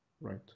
right